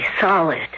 solid